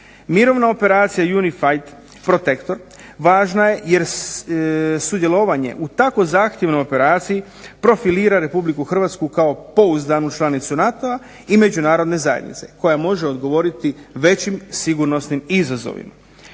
Mirovna operacija "Unified protector" važna je jer sudjelovanje u tako zahtjevnoj situaciji profilira Republiku Hrvatsku kao pouzdanu članicu NATO-a i međunarodne zajednice koja može odgovoriti većim sigurnosnim izazovima.